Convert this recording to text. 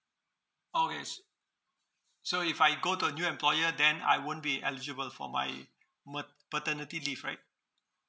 oh yes so if I go to a new employer then I won't be eligible for my mat~ paternity leave right